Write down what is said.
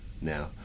now